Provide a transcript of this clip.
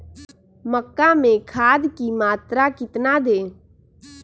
मक्का में खाद की मात्रा कितना दे?